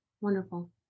Wonderful